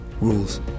rules